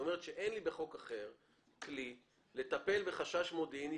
היא אומרת שאין לה בחוק אחר כלי לטפל בחשש מודיעיני